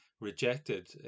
rejected